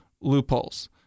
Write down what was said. loopholes